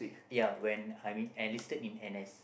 ya when I'm enlisted in N_S